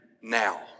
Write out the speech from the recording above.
now